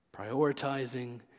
Prioritizing